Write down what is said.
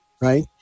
right